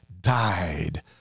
died